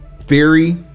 Theory